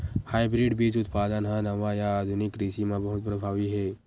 hybrid बीज उत्पादन हा नवा या आधुनिक कृषि मा बहुत प्रभावी हे